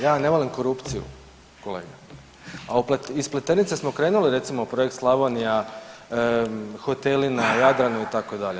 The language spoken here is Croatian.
Ja ne volim korupciju kolega, a iz Pleternice smo krenuli projekt Slavonija, hoteli na Jadranu itd.